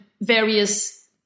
various